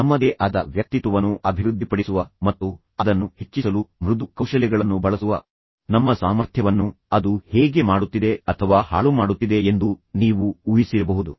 ನಾನು ಏನು ಮಾತನಾಡಲಿದ್ದೇನೆ ಅದು ತಂತ್ರಜ್ಞಾನದ ಬಗ್ಗೆ ಮತ್ತು ಅದು ಸಂವಹನಕ್ಕೆ ಹೇಗೆ ಸಂಬಂಧಿಸಿದೆ ನಮ್ಮದೇ ಆದ ವ್ಯಕ್ತಿತ್ವವನ್ನು ಅಭಿವೃದ್ಧಿಪಡಿಸುವ ಮತ್ತು ಅದನ್ನು ಹೆಚ್ಚಿಸಲು ಮೃದು ಕೌಶಲ್ಯಗಳನ್ನು ಬಳಸುವ ನಮ್ಮ ಸಾಮರ್ಥ್ಯವನ್ನು ಅದು ಹೇಗೆ ಮಾಡುತ್ತಿದೆ ಅಥವಾ ಹಾಳುಮಾಡುತ್ತಿದೆ ಎಂದು ನೀವು ಊಹಿಸಿರಬಹುದು